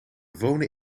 wonen